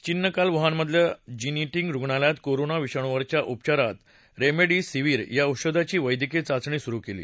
चीननं काल वुहानमधल्या जिनयिंज रुग्णालयत कोरोना विषाणूवरच्या उपचारात रेमडेसिविर या औषधाची वैद्यकीय चाचणी सुरु केली